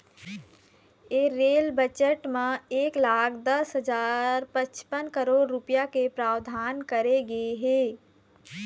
ए rail budget म एक लाख दस हजार पचपन करोड़ रूपिया के प्रावधान करे गे हे